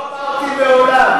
לא אמרתי מעולם.